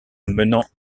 menant